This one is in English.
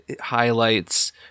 highlights